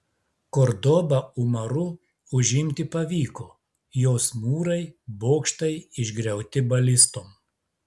kordobą umaru užimti pavyko jos mūrai bokštai išgriauti balistom